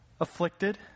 afflicted